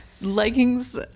leggings